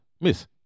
Miss